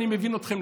אני מבין אתכם,